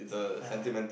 never mind